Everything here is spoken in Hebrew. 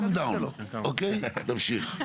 תמשיך.